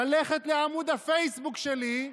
ללכת לעמוד הפייסבוק שלי,